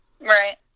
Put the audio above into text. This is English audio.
right